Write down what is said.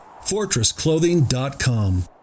FortressClothing.com